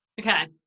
Okay